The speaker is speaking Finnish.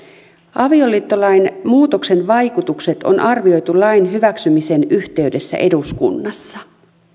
avioliittolain muutoksen vaikutukset on arvioitu lain hyväksymisen yhteydessä eduskunnassa